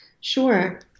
Sure